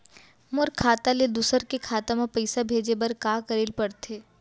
मोर खाता ले दूसर के खाता म पइसा भेजे बर का करेल पढ़थे?